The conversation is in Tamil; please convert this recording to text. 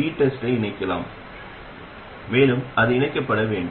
பெருக்கி என்றும் அழைக்கப்படுகிறது